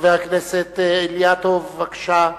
חבר הכנסת אילטוב, בבקשה.